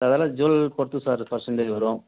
அதெலாம் ஜுவல் பொறுத்து sir percentage வரும்